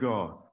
God